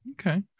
okay